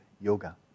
yoga